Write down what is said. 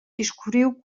discurriu